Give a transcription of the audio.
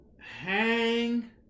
hang